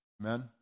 Amen